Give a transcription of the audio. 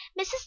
Mrs